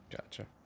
Gotcha